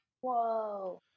Whoa